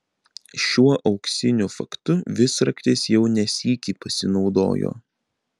šiuo auksiniu faktu visraktis jau ne sykį pasinaudojo